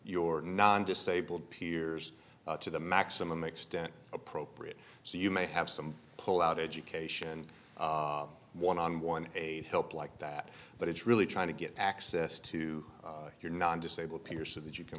your non disabled peers to the maximum extent appropriate so you may have some pull out education one on one a help like that but it's really trying to get access to your non disabled peers so that you can